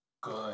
good